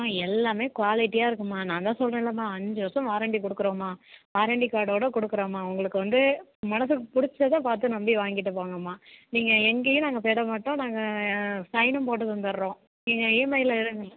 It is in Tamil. மா எல்லாமே குவாலிட்டியாக இருக்கும்மா நான் தான் சொல்லுறேலம்மா அஞ்சு வருஷம் வாரன்ட்டி கொடுக்குறோம்மா வாரன்ட்டி கார்டோட கொடுக்குறோம்மா உங்களுக்கு வந்து மனசுக்கு பிடிச்சத பார்த்து நம்பி வாங்கிட்டு போங்கம்மா நீங்கள் எங்கேயும் நாங்கள் போய்விட மாட்டோம் நாங்கள் சைனும் போட்டு தந்துடுறோம் நீங்கள் இஎம்ஐயில